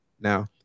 now